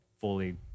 fully